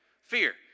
Fear